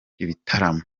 ibitaramo